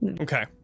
okay